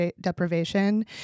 deprivation